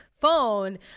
phone